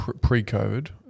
pre-COVID